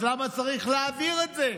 אז למה צריך להעביר את זה?